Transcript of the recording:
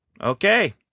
okay